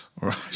Right